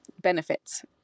benefits